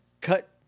Cut